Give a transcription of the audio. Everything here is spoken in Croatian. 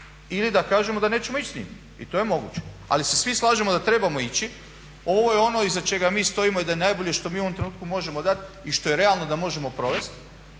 ili da kažemo da nećemo ići sa njim i to je moguće, ali se svi slažemo da trebamo ići. Ovo je ono iza čega mi stojimo i da je najbolje što mi u ovom trenutku možemo dati i što je realno da možemo provesti